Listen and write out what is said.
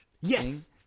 Yes